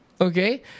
Okay